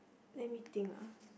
let me think ah